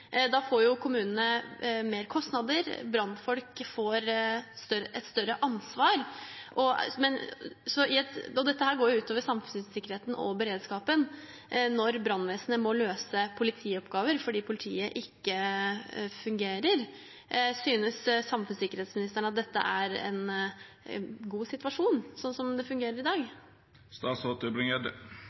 Da får kommunene mer kostnader, og brannfolk får et større ansvar. Det går jo ut over samfunnssikkerheten og beredskapen når brannvesenet må løse politioppgaver fordi politiet ikke fungerer. Synes samfunnssikkerhetsministeren at det er en god situasjon slik det fungerer i dag?